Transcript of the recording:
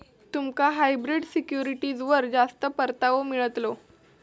तुमका हायब्रिड सिक्युरिटीजवर जास्त परतावो मिळतलो